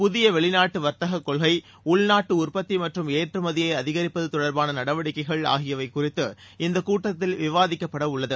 புதிய வெளிநாட்டு வர்த்தகக் கொள்கை உள்நாட்டு உற்பத்தி மற்றும் ஏற்றுமதியை அதிகரிப்பது தொடர்பான நடவடிக்கைகள் ஆகியவை குறித்து இந்தக் கூட்டத்தில் விவாதிக்கப்படவுள்ளது